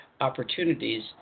opportunities